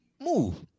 Move